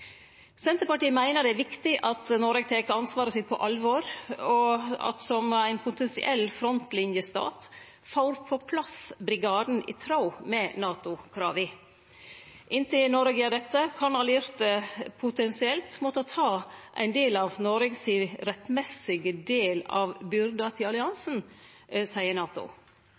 Senterpartiet meiner det er viktig at Noreg tek ansvaret sitt på alvor og som ein potensiell frontlinjestat får på plass brigaden i tråd med NATO-krava. Inntil Noreg gjer dette, kan allierte potensielt måtte ta ein del av Noreg sin rettmessige del av byrda til alliansen, seier NATO.